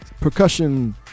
percussion